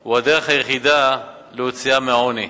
הוא הדרך היחידה להוציאן מהעוני.